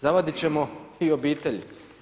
Zavaditi ćemo i obitelji.